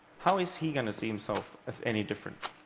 how is he going to see himself as any different?